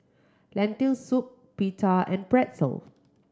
Lentil Soup Pita and Pretzel